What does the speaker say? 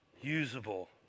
usable